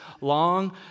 long